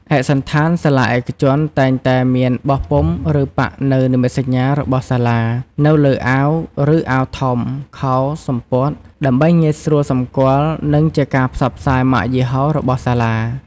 ឯកសណ្ឋានសាលាឯកជនតែងតែមានបោះពុម្ព ឬប៉ាក់នូវ និមិត្តសញ្ញា របស់សាលា នៅលើអាវ ឬអាវធំ ខោ/សំពត់ ដើម្បីងាយស្រួលសម្គាល់ និងជាការផ្សព្វផ្សាយម៉ាកយីហោរបស់សាលា។